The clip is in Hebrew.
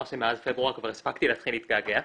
שמאז פברואר כבר הספקתי להתחיל להתגעגע,